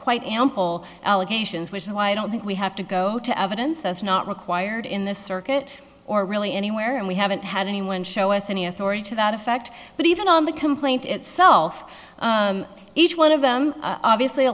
quite ample allegations which is why i don't think we have to go to evidence that's not required in the circuit or really anywhere and we haven't had anyone show us any authority to that effect but even on the complaint itself each one of them obviously